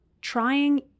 trying